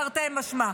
תרתי משמע.